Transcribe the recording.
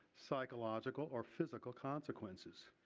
psychological or physical consequences.